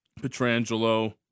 Petrangelo